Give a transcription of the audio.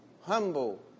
humble